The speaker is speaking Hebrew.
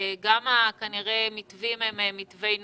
אלא כנראה גם המתווים הם מתווי נוחות,